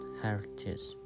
heritage